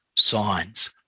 signs